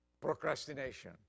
procrastination